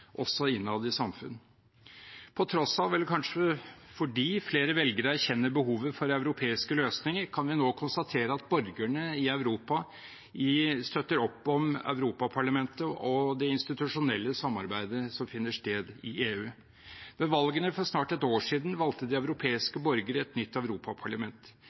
også innad i samfunn. På tross av at – eller kanskje fordi – flere velgere erkjenner behovet for europeiske løsninger, kan vi nå konstatere at borgerne i Europa støtter opp om Europaparlamentet og det institusjonelle samarbeidet som finner sted i EU. Ved valgene for snart ett år siden valgte de europeiske borgere et nytt europaparlament.